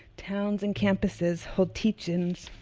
towns, and campuses hold teach-ins,